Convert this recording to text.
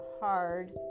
hard